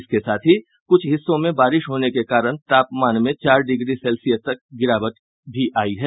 इसके साथ ही कुछ हिस्सों में बारिश होने के कारण तापमान में चार डिग्री सेल्सियस तक गिरावट भी आयी है